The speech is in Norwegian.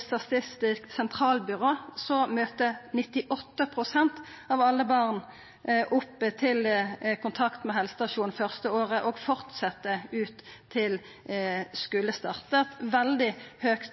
Statistisk sentralbyrå møter 98 pst. av alle barn opp til kontroll på helsestasjonen det første året, og fortset fram til skulestart. Det er eit